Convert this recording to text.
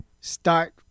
start